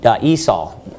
Esau